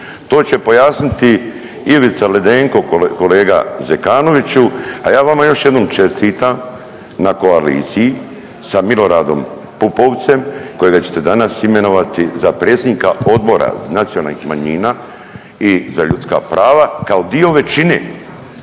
to će pojasniti Ivica Ledenko kolega Zekanoviću, a ja vama još jednom čestitam na koaliciji sa Miloradom Pupovcem kojega ćete danas imenovati za predsjednika Odbora nacionalnih manjina i za ljudska prava kao dio većine.